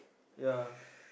ya